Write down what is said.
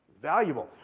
valuable